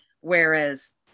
whereas